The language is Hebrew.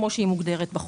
כפי שהיא מוגדרת בחוק.